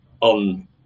on